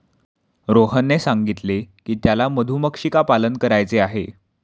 रोहनने सांगितले की त्याला मधुमक्षिका पालन करायचे आहे